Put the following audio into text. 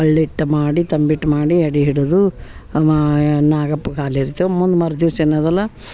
ಅಳ್ಳಿಟ್ಟು ಮಾಡಿ ತಂಬಿಟ್ಟು ಮಾಡಿ ಎಡೆ ಹಿಡಿದು ನಾಗಪ್ಪಗೆ ಹಾಲು ಎರಿತೇವೆ ಮುಂದು ಮರು ದಿವಸ ಏನದಲ್ಲ